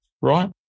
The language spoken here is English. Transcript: right